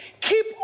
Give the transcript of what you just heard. keep